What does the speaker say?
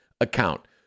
account